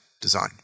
design